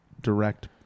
direct